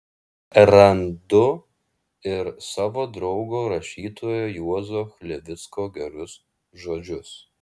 randu ir savo draugo rašytojo juozo chlivicko gerus žodžius